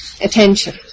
attention